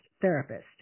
therapist